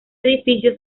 edificio